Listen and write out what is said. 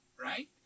Right